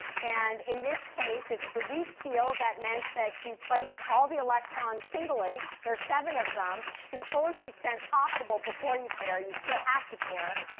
and in this case, if it's a weak field, that meant that you place all the electrons singly there are seven of them to the fullest extent possible before you pair. you still have to pair.